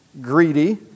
greedy